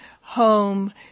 home